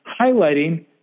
highlighting